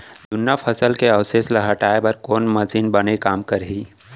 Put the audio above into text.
जुन्ना फसल के अवशेष ला हटाए बर कोन मशीन बने काम करही?